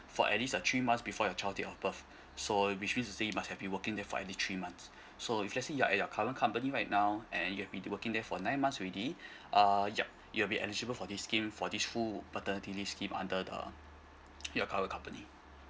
for at least a three months before your child date of birth so which mean to say you must have been working there for at least three months so if let's say you are at your current company right now and you have been working there for nine months already uh yup you'll be eligible for this scheme for this full paternity leave scheme under the your current company